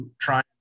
try